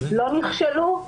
לא נכשלו.